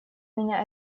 меня